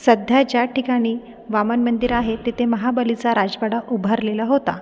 सध्या ज्या ठिकाणी वामन मंदिर आहे तिथे महाबलीचा राजवाडा उभारलेला होता